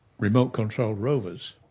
remote control rovers,